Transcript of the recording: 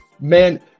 man